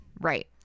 Right